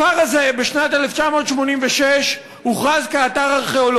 בשנת 2012 תושבי הכפר